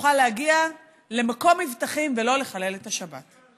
תוכל להגיע למקום מבטחים ולא לחלל את השבת.